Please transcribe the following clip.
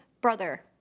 brother